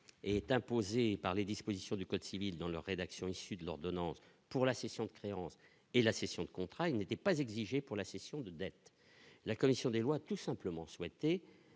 est imposée par les dispositions du code civil dans leur rédaction issue de l'ordonnance pour la cession de créances et la cession de contrat, il n'était pas exigé pour la cession de dettes, la commission des lois tout simplement souhaité